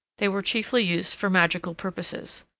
they were chiefly used for magical purposes.